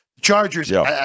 Chargers